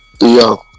Yo